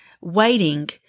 waiting